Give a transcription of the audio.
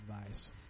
Advice